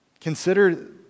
consider